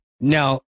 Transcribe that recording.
now